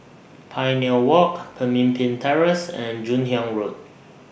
Pioneer Walk Pemimpin Terrace and Joon Hiang Road